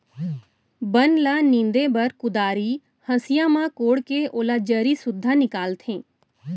बन ल नींदे बर कुदारी, हँसिया म कोड़के ओला जरी सुद्धा निकालथें